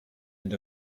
end